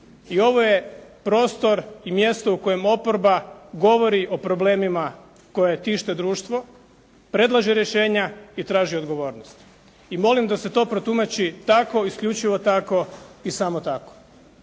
i ovo je prostor i mjesto u kojem oporba govori o problemima koje tište društvo, predlaže rješenja i traži odgovornost. I molim da se to protumači tako, isključivo tako i samo tako.